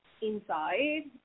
inside